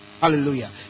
Hallelujah